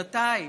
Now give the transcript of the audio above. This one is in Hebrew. שנתיים.